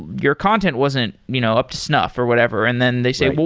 your content wasn't you know up to snuff, or whatever, and then they say,